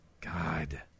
God